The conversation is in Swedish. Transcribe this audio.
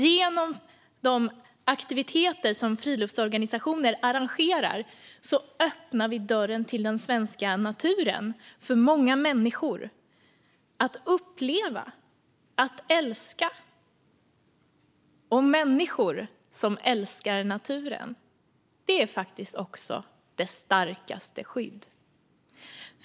Genom de aktiviteter som friluftsorganisationer arrangerar öppnar vi dörren till den svenska naturen för många människor att uppleva och älska. Människor som älskar naturen är också det starkaste skyddet.